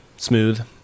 Smooth